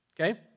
Okay